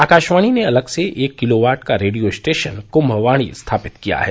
आकाशवाणी ने अलग से एक किलोवाट का रेडियो स्टेशन कुम्भवाणी स्थापित किया है